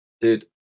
Dude